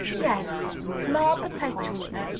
yes, smile perpetually!